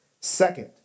Second